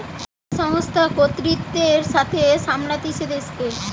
যে সংস্থা কর্তৃত্বের সাথে সামলাতিছে দেশকে